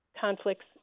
conflicts